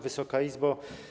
Wysoka Izbo!